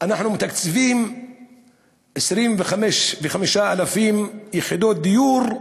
אנחנו מתקצבים 25,000 יחידות דיור,